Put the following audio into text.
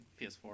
PS4